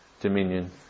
dominion